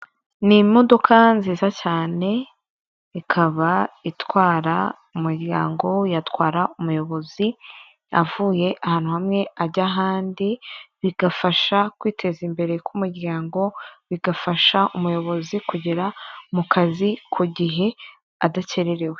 Ni imodoka nziza cyane ikaba itwara umuryango. Uyu atwara umuyobozi avuye ahantu hamwe ajya ahandi bigafasha kwiteza imbere ku muryango bigafasha umuyobozi kugera mu kazi ku gihe adakerewe.